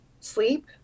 Sleep